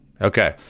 Okay